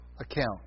account